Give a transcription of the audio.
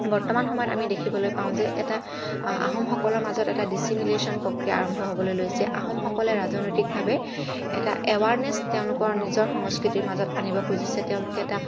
বৰ্তমান সময়ত আমি দেখিবলৈ পাওঁ যে এটা আহোমসকলৰ মাজত এটা ডিছিমিলেশ্যন প্ৰক্ৰিয়া আৰম্ভ হব'লৈ লৈছে আহোমসকলে ৰাজনৈতিকভাৱে এটা এৱাৰনেছ তেওঁলোকৰ নিজৰ সংস্কৃতিৰ মাজত আনিব খুজিছে তেওঁলোকে এটা